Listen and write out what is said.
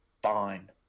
fine